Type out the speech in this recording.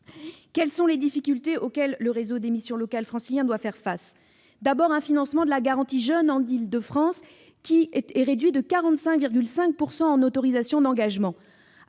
Quelles sont les difficultés auxquelles le réseau des missions locales francilien doit faire face ? D'abord, le financement de la garantie jeunes en Île-de-France est réduit de 45,5 % en autorisations d'engagement,